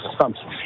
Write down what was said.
assumptions